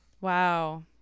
wow